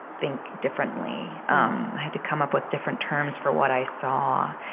think differently. i had to come up with different terms for what i saw,